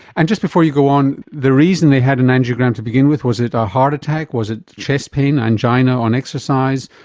and just before you go on, the reason they had an angiogram to begin with, was it a heart attack, was it chest pain, angina on exercise?